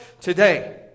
today